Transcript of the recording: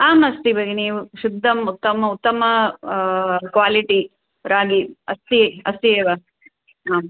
आमस्ति भगिनि शुद्धम् उत्तमम् उत्तम क्वालिटि रागी अस्ति अस्ति एव आम्